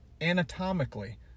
anatomically